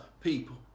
people